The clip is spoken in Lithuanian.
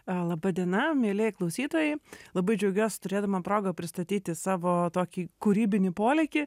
laba diena mieli klausytojai labai džiaugiuosi turėdama progą pristatyti savo tokį kūrybinį polėkį